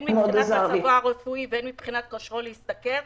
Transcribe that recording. הן מבחינה מצבו הרפואי והן מבחינת כושרו להשתכר,